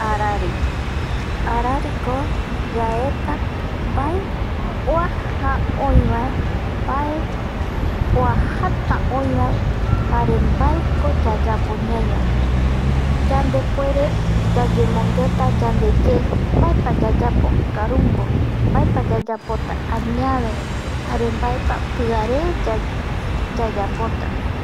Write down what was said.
Arari, arariko yaeta mbae oaja oiväe, mbae oajata öiväe jare mbaeko yayapo ñaivae yandepuere yayemongueta yandeye, mbaepa yayapo karumbo, mbaepa yayapota añave jare mbaepa piare yayapota